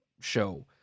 show